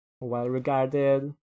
well-regarded